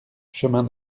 chemin